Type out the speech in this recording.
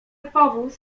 powóz